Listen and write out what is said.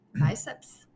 Biceps